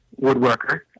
woodworker